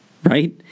Right